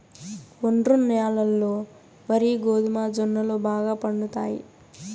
ఒండ్రు న్యాలల్లో వరి, గోధుమ, జొన్నలు బాగా పండుతాయి